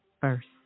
first